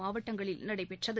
மாவட்டங்களில் நடைபெற்றது